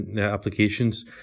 applications